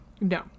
No